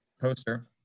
poster